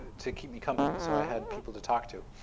to keep me company. so i had people to talk to